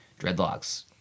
dreadlocks